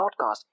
podcast